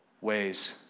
ways